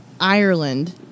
Ireland